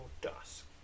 dusk